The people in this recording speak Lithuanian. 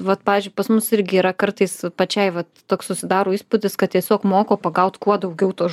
vat pavyzdžiui pas mus irgi yra kartais pačiai vat toks susidaro įspūdis kad tiesiog moko pagaut kuo daugiau tos